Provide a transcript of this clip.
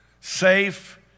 Safe